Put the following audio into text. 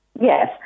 Yes